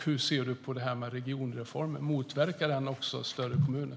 Hur ser du på regionreformen - motverkar den större kommuner?